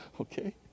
okay